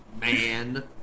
Man